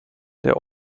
der